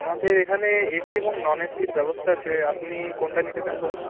আমাদের এখানে এসি এবং নন এসির ব্যবস্থা আছে আপনি কোনটা নিতে চান বলুন